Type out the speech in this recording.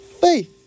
faith